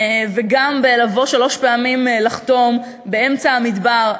וגם לבוא שלוש פעמים ביום לחתום באמצע המדבר.